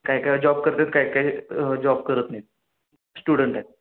काही काही जॉब करतात काही काही जॉब करत नाही स्टुडंट आहेत